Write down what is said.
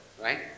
right